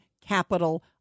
capital